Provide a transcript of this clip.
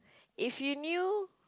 if you knew